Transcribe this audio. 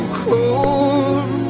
cold